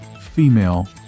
female